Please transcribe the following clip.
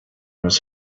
his